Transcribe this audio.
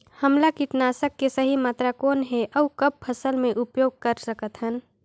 हमला कीटनाशक के सही मात्रा कौन हे अउ कब फसल मे उपयोग कर सकत हन?